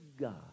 God